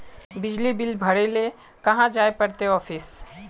बिजली बिल भरे ले कहाँ जाय पड़ते ऑफिस?